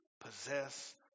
possess